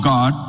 God